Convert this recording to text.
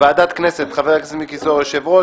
מוועדת הכנסת חבר הכנסת מיקי זוהר - היו"ר,